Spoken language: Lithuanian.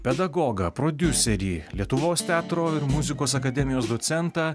pedagogą prodiuserį lietuvos teatro ir muzikos akademijos docentą